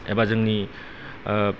एबा जोंनि